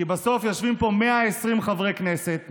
כי בסוף יושבים פה 120 חברי כנסת,